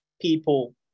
people